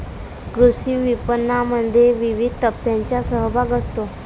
कृषी विपणनामध्ये विविध टप्प्यांचा सहभाग असतो